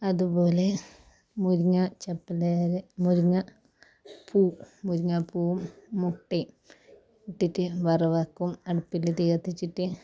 അതുപോലെ മുരിങ്ങാ ചപ്പല് കാരെ മുരിങ്ങാ പ്പൂ മുരിങ്ങാപ്പൂവും മുട്ടേം ഇട്ടിട്ട് വറവാക്കും അടുപ്പിൽ തീ കത്തിച്ചിട്ട്